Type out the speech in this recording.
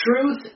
truth